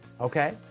Okay